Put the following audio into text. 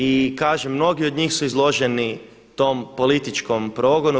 I kažem mnogi od njih su izloženi tom političkom progonu.